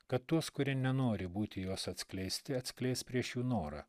kad tuos kurie nenori būti jos atskleisti atskleis prieš jų norą